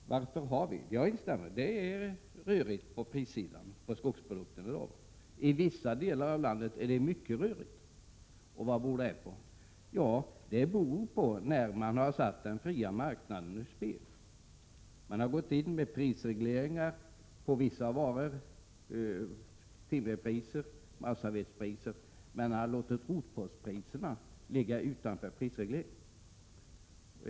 Jag instämmer; det är rörigt på prissidan när det gäller skogsprodukter i dag. I vissa delar av landet är det mycket rörigt. Och vad beror det på? Jo, det beror på att man har satt den fria marknaden ur spel. Man har gått in med prisregleringar på vissa varor — det gäller timmerpriser och massavedspriser — men man låter rotpostpriserna ligga utanför prisregleringen.